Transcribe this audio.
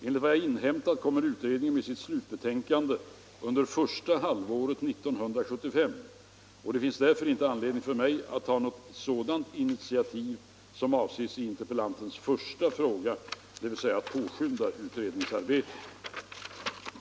Enligt vad jag inhämtat kommer utredningen med sitt slutbetänkande under första halvåret 1975. Det finns därför inte anledning för mig att ta något sådant initiativ som avses i interpellantens första fråga, dvs. att påskynda utredningsarbetet.